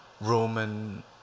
Roman